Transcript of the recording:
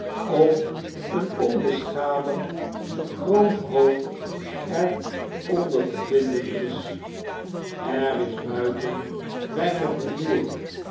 of een onbeschadigd gekroond hoofd er onder te vinden is er is buiten weinig rumoer